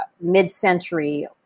mid-century